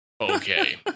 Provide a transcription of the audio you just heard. Okay